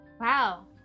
Wow